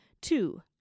Two